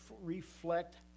reflect